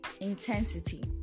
intensity